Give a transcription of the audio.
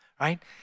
right